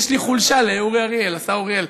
יש לי חולשה לאורי אריאל, השר אורי אריאל.